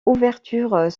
ouvertures